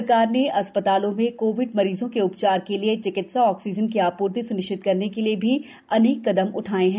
सरकार ने अस्भतालों में कोविड मरीजों के उप्पचार के लिए चिकित्सा ऑक्सीजन की आपूर्ति स्निश्चित करने के लिए अनेक कदम उठाये हैं